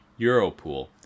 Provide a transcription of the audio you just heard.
Europool